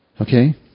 Okay